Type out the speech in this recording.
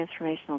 transformational